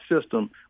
system